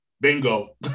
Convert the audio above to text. Bingo